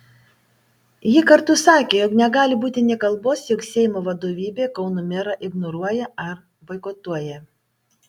ji kartu sakė jog negali būti nė kalbos jog seimo vadovybė kauno merą ignoruoja ar boikotuoja